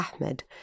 Ahmed